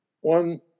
One